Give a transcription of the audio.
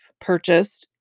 purchased